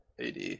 AD